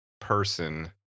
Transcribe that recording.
person